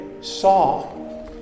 saw